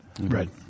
Right